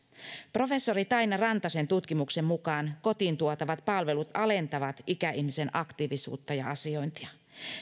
professori taina rantasen tutkimuksen mukaan kotiin tuotavat palvelut alentavat ikäihmisen aktiivisuutta ja asiointia